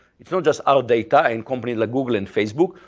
it's not just our data and companies like google and facebook,